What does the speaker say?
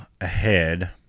ahead